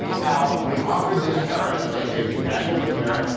now, we've offered this carrot, as i say, we've dangled the carrot.